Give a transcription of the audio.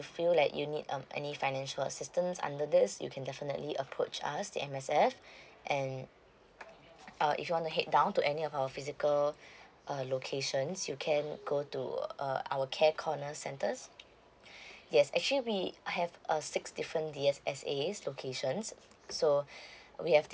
feel like you need um any financial assistance under this you can definitely approach us and myself and uh if you want to head down to any of our physical err locations you can go to err our care corner centres yes actually we have a six different D_S_S_A locations so we have the